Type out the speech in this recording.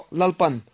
lalpan